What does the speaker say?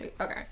Okay